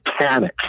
panic